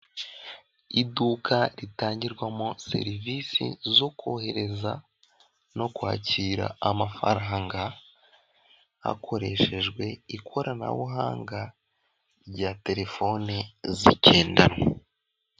Iduka ritangirwamo serivisi zo kohereza no kwakira amafaranga, hakoreshejwe ikoranabuhanga rya terefoni zigendanwa.